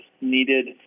needed